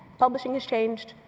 publishing has changed,